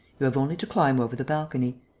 you have only to climb over the balcony.